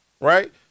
right